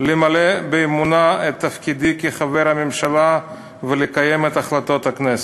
למלא באמונה את תפקידי כחבר הממשלה ולקיים את החלטות הכנסת.